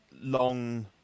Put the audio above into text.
long